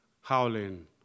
howling